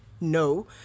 no